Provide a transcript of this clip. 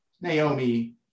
Naomi